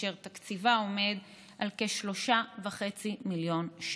אשר תקציבה עומד על כ-3.5 מיליון ש"ח.